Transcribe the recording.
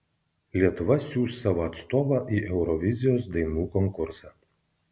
lietuva siųs savo atstovą į eurovizijos dainų konkursą